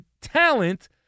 talent